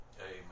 Amen